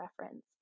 reference